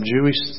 Jewish